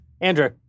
Andrew